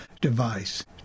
device